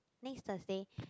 next Thursday